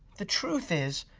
the truth is